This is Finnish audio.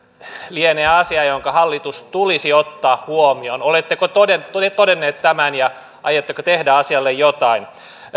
lienee asia joka hallituksen tulisi ottaa huomioon oletteko todenneet tämän ja aiotteko tehdä asialle jotain